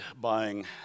buying